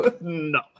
No